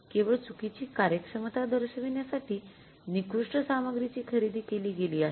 केवळ चुकीची कार्यक्षमता दर्शविण्यासाठी निकृष्ट सामग्रीची खरेदी केली गेली आहे